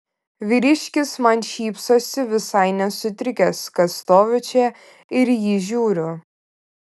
vyriškis man šypsosi visai nesutrikęs kad stoviu čia ir į jį žiūriu